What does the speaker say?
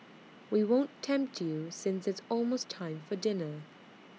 we won't tempt you since it's almost time for dinner